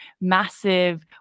massive